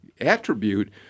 attribute